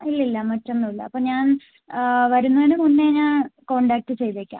ഇല്ല ഇല്ല മറ്റ് ഒന്നും ഇല്ല അപ്പോൾ ഞാൻ വരുന്നതിന് മുന്നെ ഞാൻ കോൺടാക്ട് ചെയ്തേക്കാം